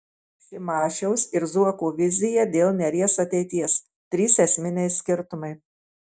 šimašiaus ir zuoko vizija dėl neries ateities trys esminiai skirtumai